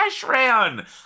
Ashran